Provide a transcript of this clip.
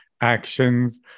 actions